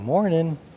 morning